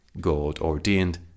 God-ordained